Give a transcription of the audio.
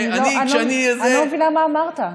אני לא מבינה מה אמרת.